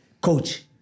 coach